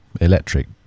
Electric